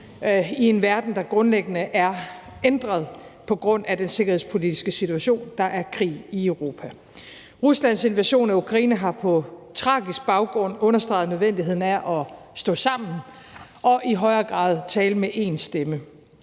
i en verden, der grundlæggende er ændret på grund af den sikkerhedspolitiske situation. Der er krig i Europa. Ruslands invasion af Ukraine har på en tragisk baggrund understreget nødvendigheden af at stå sammen og i højere grad tale med én stemme.